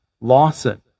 Lawson